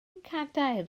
cadair